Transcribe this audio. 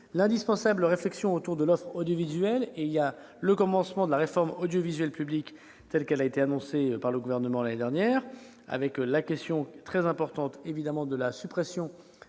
l'indispensable réflexion autour de l'offre audiovisuelle, avec le début de la réforme audiovisuelle publique, telle qu'elle a été annoncée par le Gouvernement l'année dernière. Il y a aussi la question, très importante évidemment, de la suppression